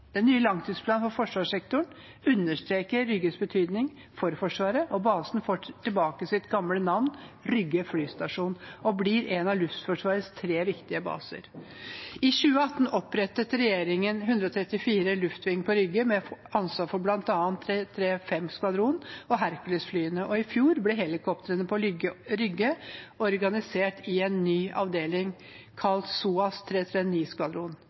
Den nye langtidsplanen for forsvarssektoren understreker Rygges betydning for Forsvaret og basen får tilbake sitt gamle navn – Rygge flystasjon – og blir en av Luftforsvarets tre viktige baser. I 2018 opprettet regjeringen 134 Luftving på Rygge med ansvar for bl.a. 335 skvadron og Hercules-flyene. I fjor ble helikoptrene på Rygge organisert i en ny avdeling, kalt SOAS